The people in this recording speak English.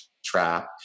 trap